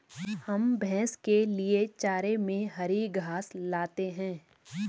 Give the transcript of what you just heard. हम भैंस के लिए चारे में हरी घास लाते हैं